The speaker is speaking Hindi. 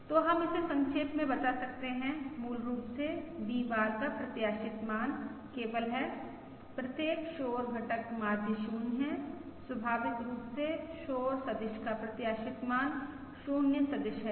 तो हम इसे संक्षेप में बता सकते हैं मूल रूप से V बार का प्रत्याशित मान केवल है प्रत्येक शोर घटक माध्य 0 है स्वाभाविक रूप से शोर सदिश का प्रत्याशित मान 0 सदिश है